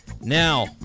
Now